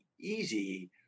easy